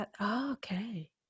Okay